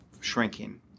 shrinking